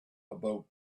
about